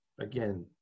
again